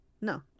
No